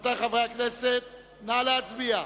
רבותי חברי הכנסת, נא להצביע.